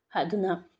ꯑꯗꯨꯅ